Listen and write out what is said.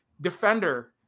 defender